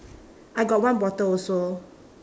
I got one bottle also